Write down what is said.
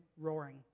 roaring